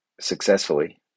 successfully